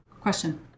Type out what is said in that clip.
question